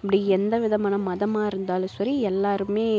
இப்படி எந்த விதமான மதமாக இருந்தாலும் சரி எல்லோருமே